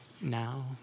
now